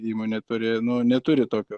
įmonė turi nu neturi tokio